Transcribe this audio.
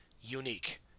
unique